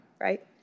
right